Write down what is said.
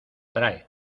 trae